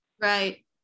Right